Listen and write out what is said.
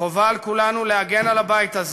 חובה על כולנו להגן על הבית הזה,